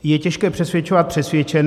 Je těžké přesvědčovat přesvědčené.